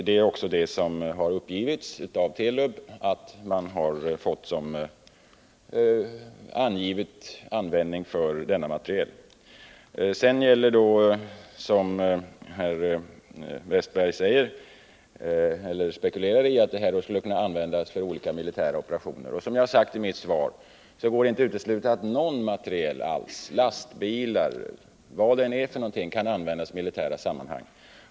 Det är också vad Telub har uppgivit som angivet användningsområde för denna materiel. Herr Wästberg spekulerar i att denna materiel skulle kunna användas för olika militära operationer. Som jag har sagt i mitt svar går det inte att utesluta att någon materiel — lastbilar eller vad det än är — kan användas i militära sammanhang.